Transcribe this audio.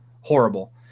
horrible